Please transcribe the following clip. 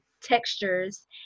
textures